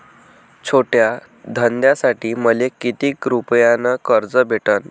छोट्या धंद्यासाठी मले कितीक रुपयानं कर्ज भेटन?